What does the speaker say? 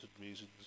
reasons